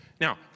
Now